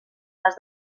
cas